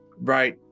right